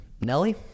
Nelly